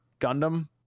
Gundam